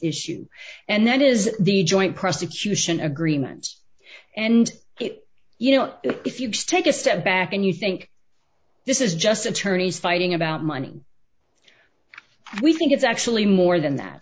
issue and that is the joint prosecution agreement and you know if you take a step back and you think this is just attorneys fighting about money and we think it's actually more than that